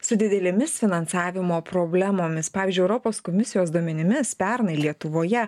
su didelėmis finansavimo problemomis pavyzdžiui europos komisijos duomenimis pernai lietuvoje